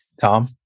Tom